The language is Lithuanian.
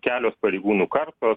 kelios pareigūnų kartos